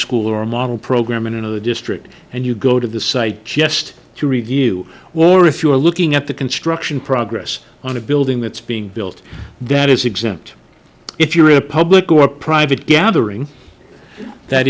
school or a model program in another district and you go to the site just to review or if you are looking at the construction progress on a building that's being built that is exempt if you're a public or private gathering that